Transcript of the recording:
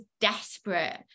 desperate